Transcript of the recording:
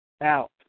Out